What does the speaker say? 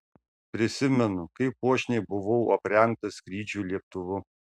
prisimenu kaip puošniai buvau aprengtas skrydžiui lėktuvu